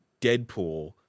Deadpool